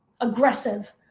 aggressive